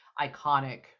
iconic